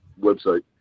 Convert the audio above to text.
website